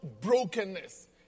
brokenness